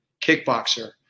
kickboxer